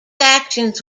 actions